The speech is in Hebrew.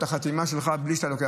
בהפסדו.